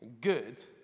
good